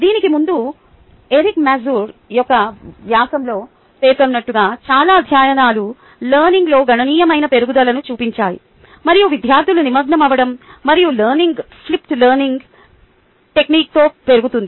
దీనికి ముందు Eric Mazur యొక్క వ్యాసంలో పేర్కొన్నట్లుగా చాలా అధ్యయనాలు లెర్నింగ్లో గణనీయమైన పెరుగుదలను చూపించాయి మరియు విద్యార్థుల నిమగ్నమవడం మరియు లెర్నింగ్లో ఫ్లిప్డ్ లెర్నింగ్ టెక్నిక్తో పెరుగుతుంది